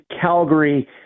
Calgary